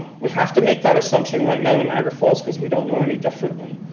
we have to make that assumption right now in niagara falls cause we don't know any differently.